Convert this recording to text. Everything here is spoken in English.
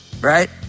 Right